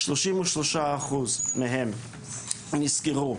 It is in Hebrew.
33% מהם נסגרו,